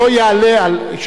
לא יעלה על,